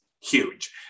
huge